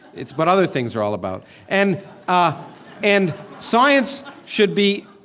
it's what other things are all about and ah and science should be,